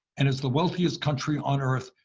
and, as the wealthiest country on earth,